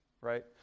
right